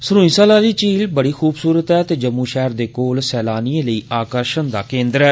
सरूईसर आहली झील बड़ी खुबसूरत ऐ ते जम्मू शैहर दे कोल सैलानियें लेई आकर्षण दा केन्द्र ऐ